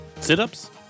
Sit-ups